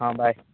ହଁ ବାଏ